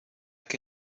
que